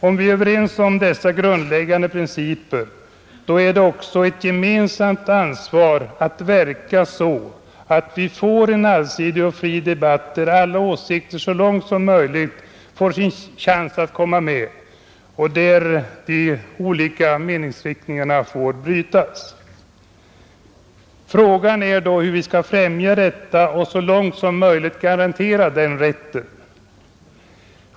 Är vi överens om dessa grundläggande principer, då är det också ett gemensamt ansvar att verka så att vi får en allsidig och fri debatt där alla åsikter så långt som möjligt får sin chans att komma med och där de olika meningsriktningarna får brytas. Frågan är då hur vi skall främja detta och så långt som möjligt garantera den rätten.